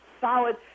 solid